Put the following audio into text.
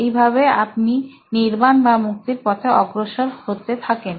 এইভাবেই আপনি নির্বাণ বা মুক্তির পথে অগ্রসর হতে থাকেন